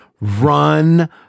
Run